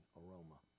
aroma